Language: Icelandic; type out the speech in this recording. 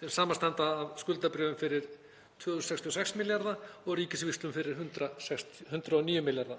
sem samanstanda af skuldabréfum fyrir 2.066 milljarða kr. og ríkisvíxlum fyrir 109 milljarða kr.